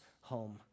home